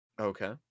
Okay